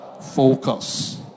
focus